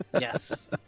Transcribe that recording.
Yes